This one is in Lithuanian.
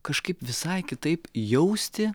kažkaip visai kitaip jausti